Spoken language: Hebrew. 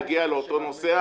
היא לא יכולה להגיע לאותו נוסע.